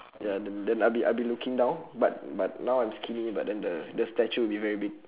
ya then then I'll be I'll be looking down but but now I'm skinny but then the the statue will be very big